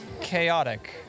Chaotic